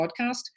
podcast